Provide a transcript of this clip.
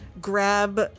grab